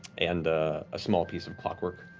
and a small piece of clockwork.